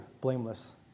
blameless